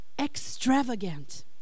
extravagant